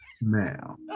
now